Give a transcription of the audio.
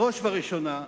בראש ובראשונה,